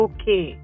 Okay